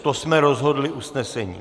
To jsme rozhodli usnesením.